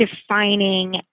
defining